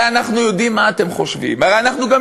הרי אנחנו יודעים מה אתם חושבים ואנחנו גם